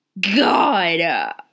God